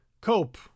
cope